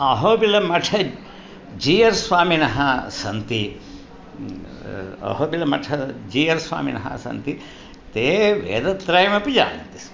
अहोबिलमठे जीयर्स्वामिनः सन्ति अहोबिलमठ जीयर्स्वामिनः सन्ति ते वेदत्रयमपि जानन्ति